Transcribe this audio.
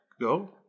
Go